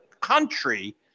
country